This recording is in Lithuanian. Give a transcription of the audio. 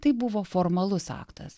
tai buvo formalus aktas